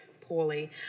poorly